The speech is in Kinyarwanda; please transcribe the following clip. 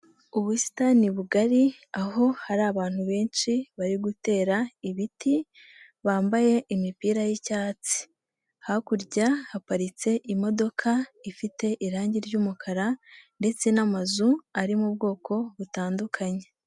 Ubusitani bugari aho hari abantu benshi bari gutera ibiti, bambaye imipira y'icyatsi, hakurya haparitse imodoka ifite irange ry'umukara ndetse n'amazu ari mu bwoko butandukanye.